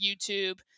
YouTube